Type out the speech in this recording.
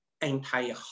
entire